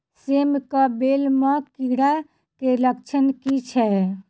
सेम कऽ बेल म कीड़ा केँ लक्षण की छै?